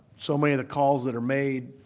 so many of the calls that are made,